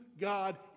God